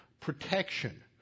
protection